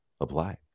apply